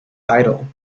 idle